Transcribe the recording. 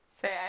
say